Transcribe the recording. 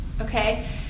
okay